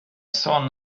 sån